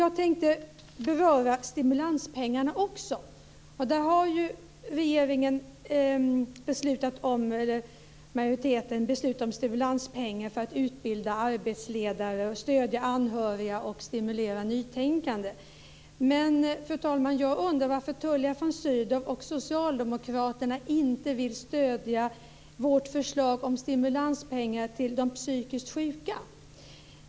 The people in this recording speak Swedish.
Jag tänkte också beröra stimulanspengarna. Utskottsmajoriteten har fattat beslut om stimulanspengar för att utbilda arbetsledare, stödja anhöriga och stimulera nytänkande. Men, fru talman, jag undrar varför Tullia von Sydow och socialdemokraterna inte vill stödja vårt förslag om stimulanspengar till de psykiskt sjuka.